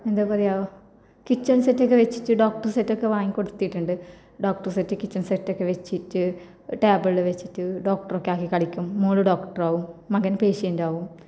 എന്താപറയുക കിച്ചണ് സെറ്റൊക്കെ വെച്ചിട്ട് ഡോക്ടര് സെറ്റൊക്കെ വാങ്ങി കൊടുത്തിട്ടുണ്ട് ഡോക്ടര് സെറ്റ് കിച്ചണ് സെറ്റൊക്കെ വെച്ചിട്ട് ടേബിളിൽ വെച്ചിട്ട് ഡോക്ടറൊക്കെയാക്കി കളിക്കും മോൾ ഡോക്ടറാകും മകന് പേഷ്യന്റ്റാകും